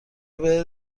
بدهید